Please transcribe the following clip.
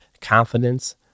confidence